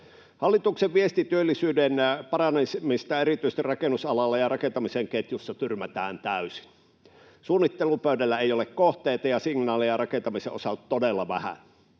Hallituksen viesti työllisyyden paranemiseen erityisesti rakennusalalla ja rakentamisen ketjussa tyrmätään täysin. Suunnittelupöydällä ei ole kohteita ja signaaleja rakentamisen osalta todella vähän.